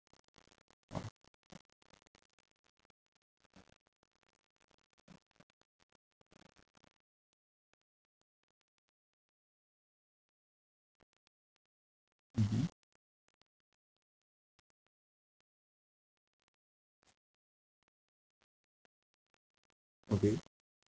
ah mmhmm okay